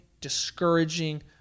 discouraging